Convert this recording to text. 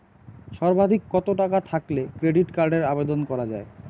সর্বাধিক কত টাকা থাকলে ক্রেডিট কার্ডের আবেদন করা য়ায়?